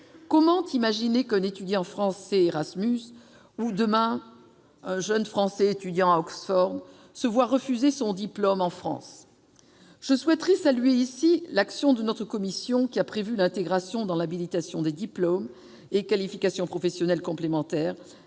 Comment imaginer qu'un étudiant français Erasmus ou, demain, un jeune Français étudiant à Oxford puisse se voir refuser son diplôme en France ? À cet égard, je salue l'action de notre commission spéciale, qui a prévu d'inclure dans l'habilitation les diplômes et qualifications professionnelles complémentaires,